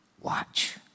Watch